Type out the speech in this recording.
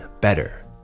better